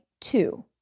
two